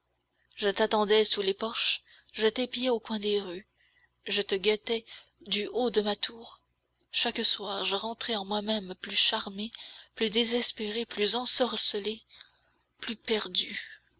je t'attendais sous les porches je t'épiais au coin des rues je te guettais du haut de ma tour chaque soir je rentrais en moi-même plus charmé plus désespéré plus ensorcelé plus perdu